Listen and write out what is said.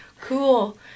cool